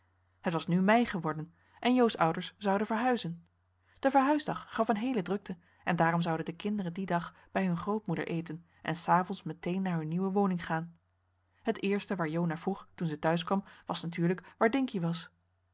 het was nu mei geworden en jo's ouders zouden verhuizen de verhuisdag gaf een heele drukte en daarom zouden de kinderen dien henriette van noorden weet je nog wel van toen dag bij hun grootmoeder eten en s avonds meteen naar hun nieuwe woning gaan het eerste waar jo naar vroeg toen zij thuis kwam was natuurlijk waar dinkie was